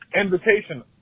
Invitation